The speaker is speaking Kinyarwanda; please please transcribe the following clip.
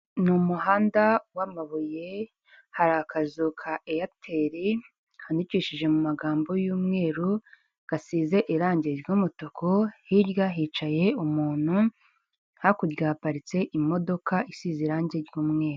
Ni umuhanda w'amabuye hari akazu ka eyateri kandikishije mu magambo y'umweru gasize irangi ry'umutuku hirya hicaye umuntu hakurya haparitse imodoka isize irange ry'umweru.